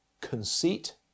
conceit